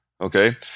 Okay